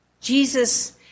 Jesus